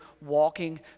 walking